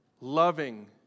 loving